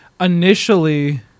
initially